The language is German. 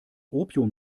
opium